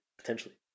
potentially